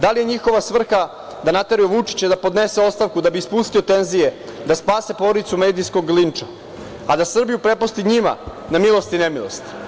Da li je njihova svrha da nateraju Vučića da podnese ostavku da bi spustio tenzije, da spase porodicu medijskog linča, a da Srbiju prepusti njima na milost i nemilost?